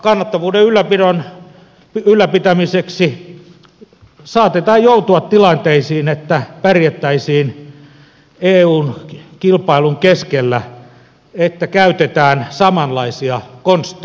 kannattavuuden ylläpitämiseksi saatetaan joutua tilanteisiin että pärjättäisiin eun kilpailun keskellä että käytetään samanlaisia konsteja